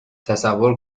تصور